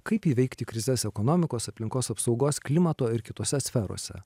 kaip įveikti krizes ekonomikos aplinkos apsaugos klimato ir kitose sferose